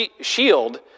shield